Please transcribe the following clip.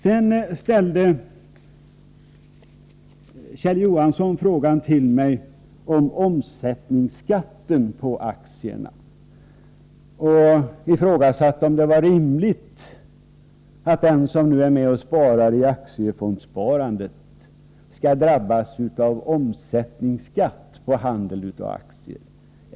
Sedan ställde Kjell Johansson en fråga till mig om omsättningsskatten på aktier. Han ifrågasatte om det var rimligt att den som nu är med och sparar i aktiefondssparandet skall drabbas av omsättningsskatt på handeln med aktier.